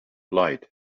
light